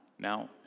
Now